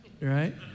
right